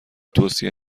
توصیه